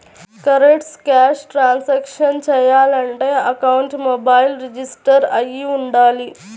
cardless cash transactions చెయ్యాలంటే అకౌంట్కి mobile register అయ్యి వుండాలి